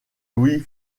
louis